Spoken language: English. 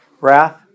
Wrath